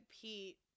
Pete